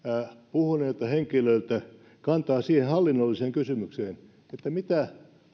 puhuneilta henkilöiltä kantaa siihen hallinnolliseen kysymykseen mitä